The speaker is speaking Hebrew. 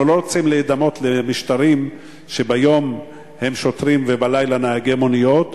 אנחנו לא רוצים להידמות למשטרים שביום אלה שוטרים ובלילה נהגי מוניות.